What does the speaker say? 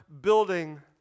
building